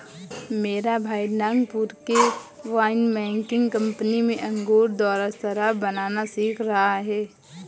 मेरा भाई नागपुर के वाइन मेकिंग कंपनी में अंगूर द्वारा शराब बनाना सीख रहा है